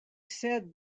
said